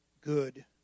good